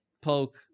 poke